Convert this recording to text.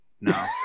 No